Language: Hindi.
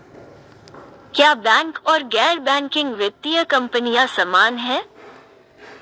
क्या बैंक और गैर बैंकिंग वित्तीय कंपनियां समान हैं?